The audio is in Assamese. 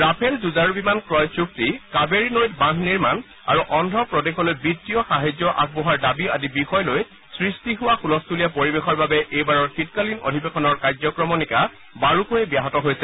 ৰাফেল যুজাৰু বিমান ক্ৰয় চুক্তি কাবেৰী নৈত বান্ধ নিৰ্মাণ আৰু অদ্ধপ্ৰদেশলৈ বিত্তীয় সাহায্য আগবঢ়োৱাৰ দাবী আদি বিষয়ক লৈ সৃষ্টি হোৱা ছলস্থলীয়া পৰিবেশৰ বাবে এইবাৰৰ শীতকালীন অধিবেশনৰ কাৰ্যক্ৰমণিকা বাৰুকৈ ব্যাহত হৈছে